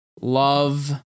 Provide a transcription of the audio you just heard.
love